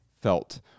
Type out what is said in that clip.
felt